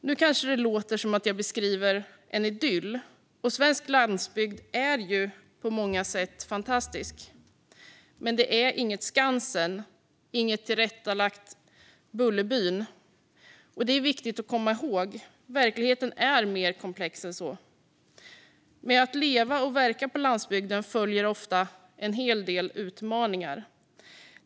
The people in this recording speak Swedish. Nu kanske det låter som om jag beskriver en idyll, och svensk landsbygd är ju på många sätt fantastisk. Men det är inget Skansen, inget tillrättalagt Bullerbyn. Det är viktigt att komma ihåg. Verkligheten är mer komplex än så. Med att leva och verka på landsbygden följer ofta en hel del utmaningar.